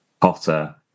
Potter